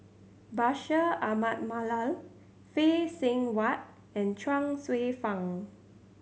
Bashir Ahmad Mallal Phay Seng Whatt and Chuang Hsueh Fang